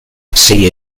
sei